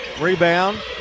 Rebound